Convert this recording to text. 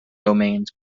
domains